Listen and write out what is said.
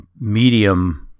medium